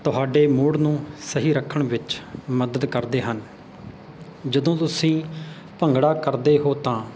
ਤੁਹਾਡੇ ਮੂਡ ਨੂੰ ਸਹੀ ਰੱਖਣ ਵਿੱਚ ਮਦਦ ਕਰਦੇ ਹਨ ਜਦੋਂ ਤੁਸੀਂ ਭੰਗੜਾ ਕਰਦੇ ਹੋ ਤਾਂ